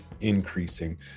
increasing